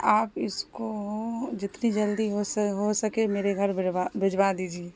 آپ اس کو جتنی جلدی ہو ہو سکے میرے گھر بھجوا بھجوا دیجیے